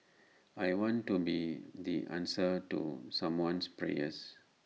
I want to be the answer to someone's prayer